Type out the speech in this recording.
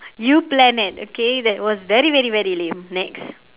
you planet okay that was very very very lame next